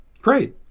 Great